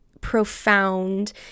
profound